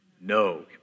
no